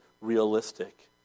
realistic